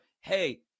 hey